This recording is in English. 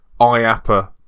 IAPA